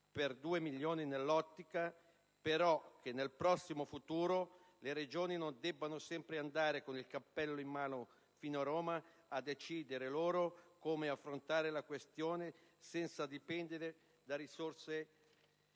per due milioni, nell'ottica però che nel prossimo futuro le Regioni non debbano sempre andare con il cappello in mano fino a Roma e possano decidere loro come affrontare la questione senza dipendere da risorse